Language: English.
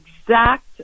exact